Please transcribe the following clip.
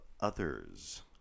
others